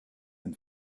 and